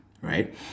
right